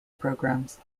programmes